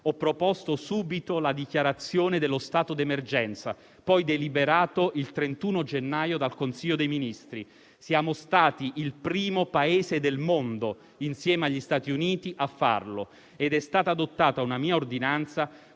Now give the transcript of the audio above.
ho proposto subito la dichiarazione dello stato di emergenza, poi deliberato il 31 gennaio dal Consiglio dei ministri. Siamo stati il primo Paese del mondo, insieme agli Stati Uniti, a farlo ed è stata adottata una mia ordinanza